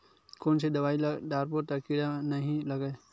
कोन से दवाई ल डारबो त कीड़ा नहीं लगय?